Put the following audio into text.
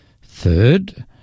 Third